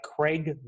Craig